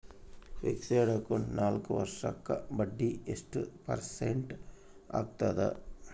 Fixed account ನಾಲ್ಕು ವರ್ಷಕ್ಕ ಬಡ್ಡಿ ಎಷ್ಟು ಪರ್ಸೆಂಟ್ ಆಗ್ತದ?